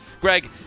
Greg